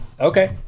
Okay